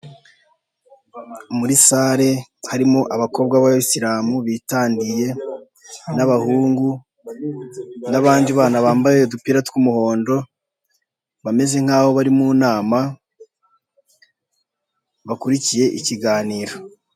Muri sale harimo abakobwa b'abayisilamu bitandiye n'abahungu n'abandi bana bambaye udupira tw'umuhondo, bameze nk'aho bari mu nama bakurikiye ikiganiro.